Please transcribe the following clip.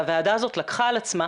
והוועדה הזו לקחה את עצמה,